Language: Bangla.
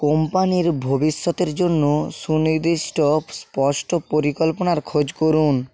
কোম্পানির ভবিষ্যতের জন্য সুনির্দিষ্ট স্পষ্ট পরিকল্পনার খোঁজ করুন